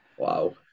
Wow